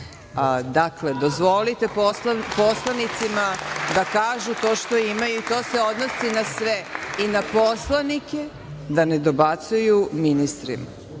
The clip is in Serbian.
dozvolite poslanicima da kažu to što imaju i to se odnosi na sve i na poslanike, da ne dobacuju ministrima.